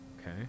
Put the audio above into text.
okay